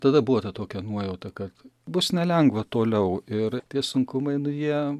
tada buvo ta tokia nuojauta kad bus nelengva toliau ir tie sunkumai jie